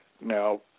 Now